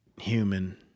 human